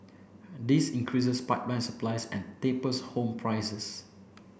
this increases pipeline supply and tapers home prices